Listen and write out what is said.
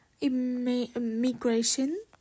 immigration